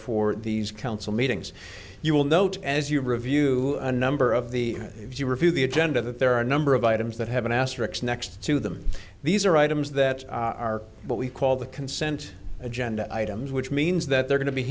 for these council meetings you will note as you review a number of the if you review the agenda that there are a number of items that have an asterisk next to them these are items that are what we call the consent agenda items which means that they're going to be